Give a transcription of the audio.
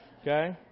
Okay